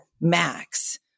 Max